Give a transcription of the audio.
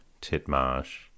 Titmarsh